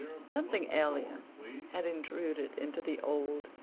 something alien had intruded into the old,